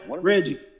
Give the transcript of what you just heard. Reggie